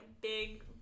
big